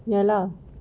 ya lah